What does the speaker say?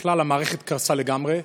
בכלל המערכת קרסה לגמרי.